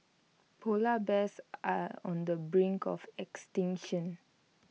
Polar Bears are on the brink of extinction